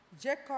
Jacob